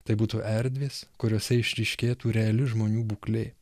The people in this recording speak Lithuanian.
tai būtų erdvės kuriose išryškėtų reali žmonių būklė